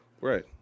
right